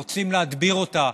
רוצים להדביר אותה.